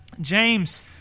James